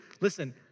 Listen